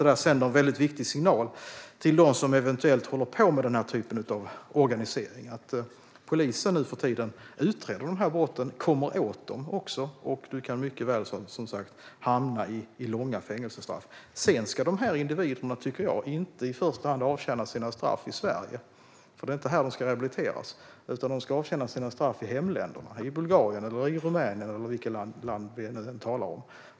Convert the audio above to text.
Det sänder en viktig signal till dem som eventuellt håller på med den typen av organisering. Polisen utreder nu brotten och kommer åt dem, och det kan bli långa fängelsestraff. Sedan ska individerna, tycker jag, inte i första hand avtjäna sina straff i Sverige. Det är inte här de ska rehabiliteras, utan de ska avtjäna sina straff i hemländerna - i Bulgarien eller i Rumänien eller vilket land vi nu talar om.